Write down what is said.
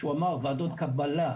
כשהוא אמר ועדות קבלה,